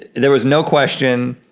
there was no question.